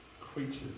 creatures